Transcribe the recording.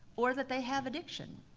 or that they have addiction.